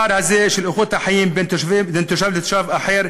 הפער הזה באיכות החיים בין תושב לתושב אחר